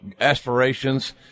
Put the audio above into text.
aspirations